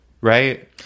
right